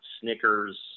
Snickers